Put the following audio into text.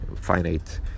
finite